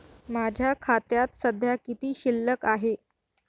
माझ्या खात्यात सध्या किती शिल्लक आहे?